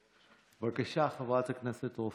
בבקשה, חברת הכנסת רופא.